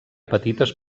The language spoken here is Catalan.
petites